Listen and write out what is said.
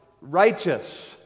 righteous